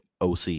OC